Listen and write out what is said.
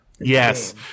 Yes